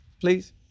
Please